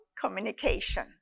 communication